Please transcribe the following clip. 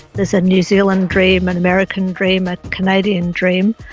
there's a new zealand dream, an american dream, a canadian dream,